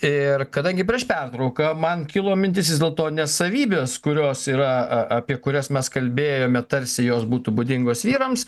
ir kadangi prieš pertrauką man kilo mintis vis dėlto ne savybės kurios yra a apie kurias mes kalbėjome tarsi jos būtų būdingos vyrams